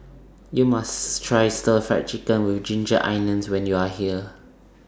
YOU must Try Stir Fried Chicken with Ginger Onions when YOU Are here